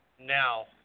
Now